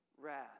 wrath